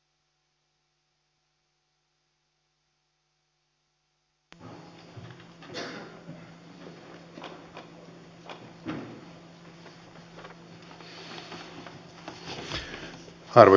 arvoisa puhemies